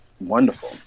wonderful